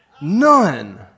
None